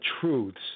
truths